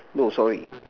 no sorry